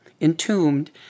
entombed